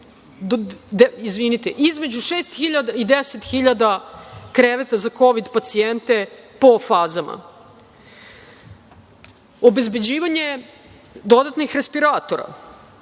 između 6.000 i 10.000 kreveta za kovid pacijente po fazama. Obezbeđivanje dodatnih respiratora,